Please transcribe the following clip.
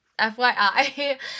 FYI